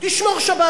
תשמור שבת.